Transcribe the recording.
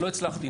לא הצלחתי.